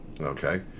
Okay